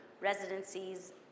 residencies